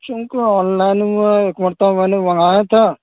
کیونکہ online میں ایک مرتبہ میں نے منگایا تھا